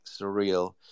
surreal